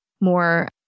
more